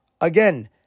again